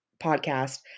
podcast